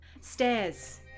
stairs